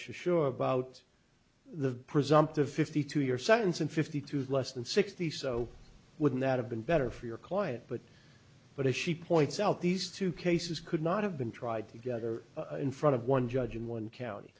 sure about the presumptive fifty two year sentence and fifty two plus and sixty so wouldn't that have been better for your client but but if she points out these two cases could not have been tried together in front of one judge in one county